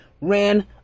ran